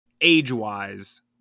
age-wise